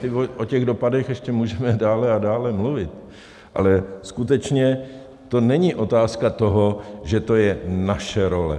O těch dopadech ještě můžeme dál a dál mluvit, ale skutečně to není otázka toho, že to je naše role.